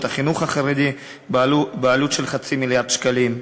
החינוך החרדי בעלות של חצי מיליארד שקלים,